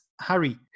Harry